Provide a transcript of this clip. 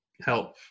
help